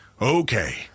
okay